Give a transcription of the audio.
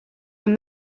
can